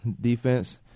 defense